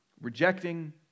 Rejecting